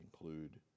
include